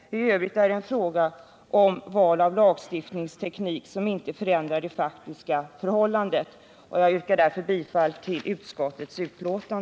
I övrigt är det en fråga om val av lagstiftningsteknik som inte förändrar det faktiska förhållandet. Jag yrkar därför bifall till utskottets hemställan.